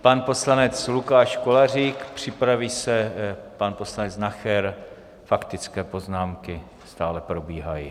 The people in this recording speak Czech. Pan poslanec Lukáš Kolářík, připraví se pan poslanec Nacher, faktické poznámky stále probíhají.